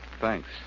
Thanks